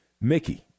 Mickey